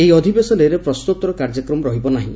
ଏହି ଅଧିବେଶନରେ ପ୍ରଶ୍ନୋତ୍ତର କାର୍ଯ୍ୟକ୍ରମ ରହିବ ନାହିଁ